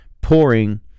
pouring